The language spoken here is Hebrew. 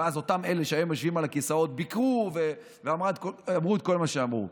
ואז אלה שהיום יושבים על הכיסאות ביקרו ואמרו את כל מה שאמרו.